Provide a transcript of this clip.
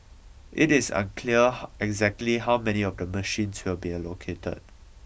it is unclear exactly how many of the machines will be allocated